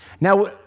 Now